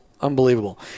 Unbelievable